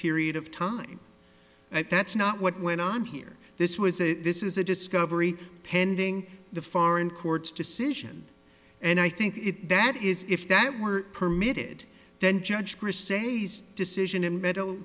period of time and that's not what went on here this was a this is a discovery pending the foreign court's decision and i think if that is if that were permitted then judge chris a decision a medal